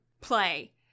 play